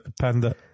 panda